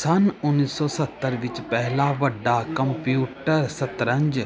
ਸੰਨ ਉੱਨੀ ਸੌ ਸੱਤਰ ਵਿੱਚ ਪਹਿਲਾ ਵੱਡਾ ਕੰਪਿਊਟਰ ਸ਼ਤਰੰਜ